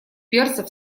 перцев